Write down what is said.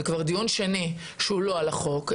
זה כבר דיון שני שהוא לא על החוק,